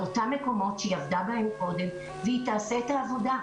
לאותם מקומות שהיא עבדה בהם קודם והיא תעשה את העבודה.